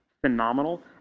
phenomenal